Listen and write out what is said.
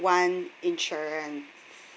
one insurance